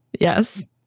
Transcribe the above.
Yes